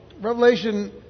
Revelation